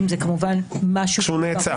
כשהוא נעצר?